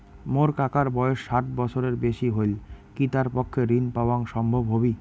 মোর কাকার বয়স ষাট বছরের বেশি হলই কি তার পক্ষে ঋণ পাওয়াং সম্ভব হবি?